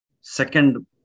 second